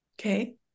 Okay